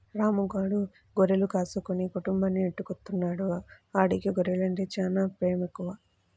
రాము గాడు గొర్రెలు కాసుకుని కుటుంబాన్ని నెట్టుకొత్తన్నాడు, ఆడికి గొర్రెలంటే చానా పేమెక్కువ